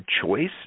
choice